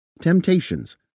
temptations